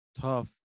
tough